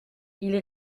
ils